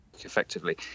Effectively